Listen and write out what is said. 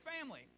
Family